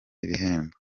ibihembo